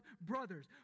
brothers